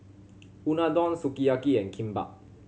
Unadon Sukiyaki and Kimbap